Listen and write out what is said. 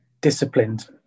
disciplined